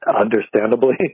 understandably